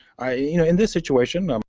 i, you know, in this situation,